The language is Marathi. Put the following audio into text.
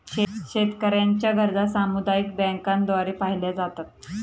शेतकऱ्यांच्या गरजा सामुदायिक बँकांद्वारे पाहिल्या जातात